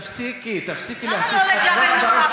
תפסיקי, תפסיקי להסית, למה לא לג'בל-מוכבר?